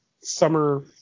summer